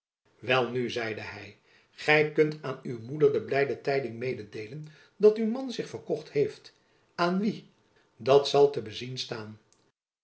welnu zeide hy gy kunt aan uw moeder de blijde tijding mededeelen dat uw man zich verkocht heeft aan wie dat zal te bezien staan